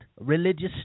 religious